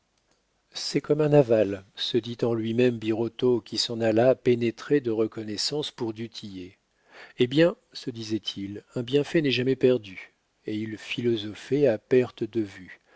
c'est comme un aval se dit en lui-même birotteau qui s'en alla pénétré de reconnaissance pour du tillet eh bien se disait-il un bienfait n'est jamais perdu et il philosophait à perte de vue